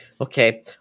Okay